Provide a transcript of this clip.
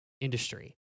industry